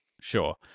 sure